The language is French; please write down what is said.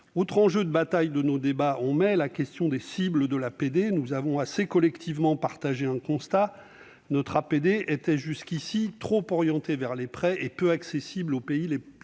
Autre enjeu de nos batailles lors des débats de mai dernier, la question des cibles de l'APD. Nous avons, assez collectivement, partagé un constat : notre APD était jusqu'ici trop orientée vers les prêts et peu accessible aux pays qui